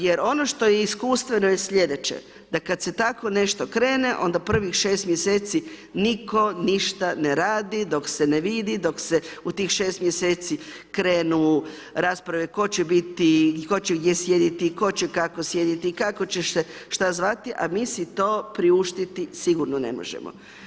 Jer ono što je iskustveno je sljedeće da kada se tako nešto krene onda prvih 6 mjeseci nitko ništa ne radi dok se ne vidi, dok se u tih 6 mjeseci krenu rasprave tko će biti i tko će gdje sjediti i tko će kako sjediti, kako će se šta zvati a mi si to priuštiti sigurno ne možemo.